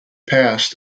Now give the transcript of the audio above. passed